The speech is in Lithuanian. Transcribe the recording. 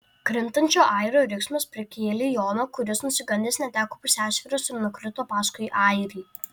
krintančio airio riksmas prikėlė joną kuris nusigandęs neteko pusiausvyros ir nukrito paskui airį